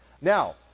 Now